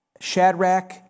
Shadrach